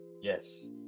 Yes